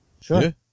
Sure